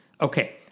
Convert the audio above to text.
Okay